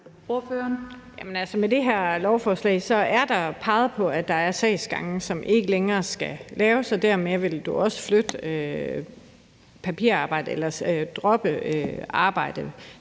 Med det her lovforslag, er der peget på, at der er sagsgange, som ikke længere skal være der, og dermed vil du også droppe noget papirarbejde,